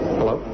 Hello